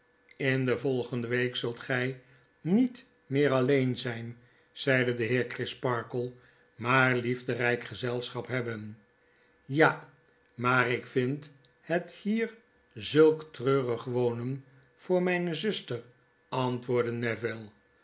in de volgende week zult gy niet meer alleen zyn zeide de heer crisparkle maar liefderijk gezelschap hebben ja maar ik vind het hier zulk treurig wonen voor mijne zuster antwoordde neville